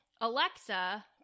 Alexa